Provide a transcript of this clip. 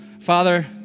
Father